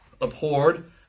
abhorred